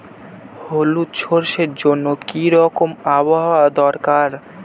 হলুদ সরষে জন্য কি রকম আবহাওয়ার দরকার?